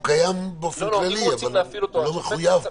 הוא קיים באופן כללי, אבל הוא לא מחויב פה.